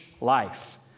life